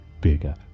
bigger